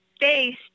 base